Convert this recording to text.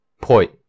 Point